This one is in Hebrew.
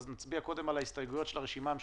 אז נצביע קודם על ההסתייגויות של הרשימה המשותפת.